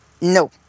No